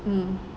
mm